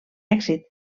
èxit